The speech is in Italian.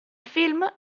film